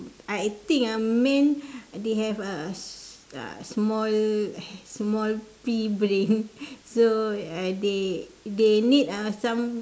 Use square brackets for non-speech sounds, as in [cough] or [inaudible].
I think ah men they have a s~ uh small small pea brain [laughs] so uh they they need ah some